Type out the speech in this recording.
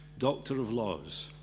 doctor of laws.